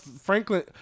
Franklin